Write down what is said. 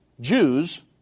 Jews